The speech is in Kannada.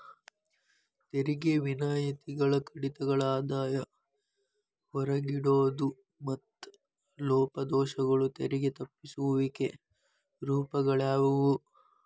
ತೆರಿಗೆ ವಿನಾಯಿತಿಗಳ ಕಡಿತಗಳ ಆದಾಯ ಹೊರಗಿಡೋದು ಮತ್ತ ಲೋಪದೋಷಗಳು ತೆರಿಗೆ ತಪ್ಪಿಸುವಿಕೆ ರೂಪಗಳಾಗ್ಯಾವ